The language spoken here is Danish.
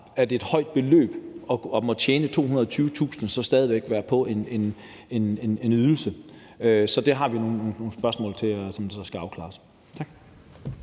det et højt beløb at måtte tjene 220.000 kr. og så stadig væk være på en ydelse, så det har vi nogle spørgsmål til, som skal afklares.